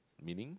meaning